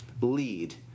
lead